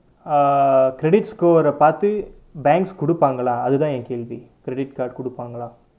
ah credit score ரே பார்த்து:rae paarthu banks கொடுப்பாங்களா அதுதான் என் கேள்வி:kodupaangalaa athuthaan en kaelvi credit card கொடுப்பாங்களா:kodupaangalaa